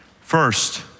First